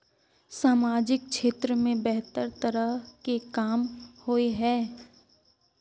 सामाजिक क्षेत्र में बेहतर तरह के काम होय है?